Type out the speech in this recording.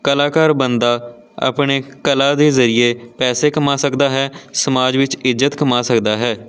ਕਲਾਕਾਰ ਬੰਦਾ ਆਪਣੇ ਕਲਾ ਦੇ ਜ਼ਰੀਏ ਪੈਸੇ ਕਮਾ ਸਕਦਾ ਹੈ ਸਮਾਜ ਵਿੱਚ ਇੱਜ਼ਤ ਕਮਾ ਸਕਦਾ ਹੈ